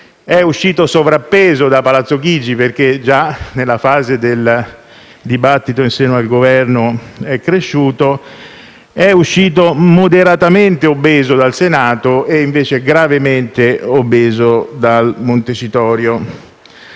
è uscito sovrappeso da Palazzo Chigi (perché già nella fase del dibattito in seno al Governo è cresciuto), è uscito moderatamente obeso dal Senato e, invece, gravemente obeso da Montecitorio.